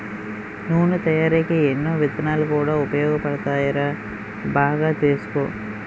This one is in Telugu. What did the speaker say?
నూనె తయారికీ ఎన్నో విత్తనాలు కూడా ఉపయోగపడతాయిరా బాగా తెలుసుకో